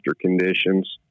conditions